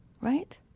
right